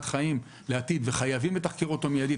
חיים לעתיד וחייבים לתחקר אותו מיידית,